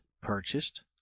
purchased